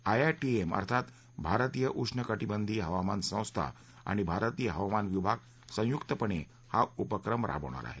IITM अर्थात भारतीय उष्णकटीबंधीय हवामान संस्था आणि भारतीय हवामान विभाग संयुकपणे हा उपक्रम राबवणार आहेत